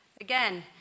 Again